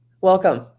Welcome